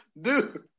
Dude